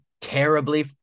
terribly